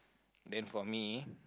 then for me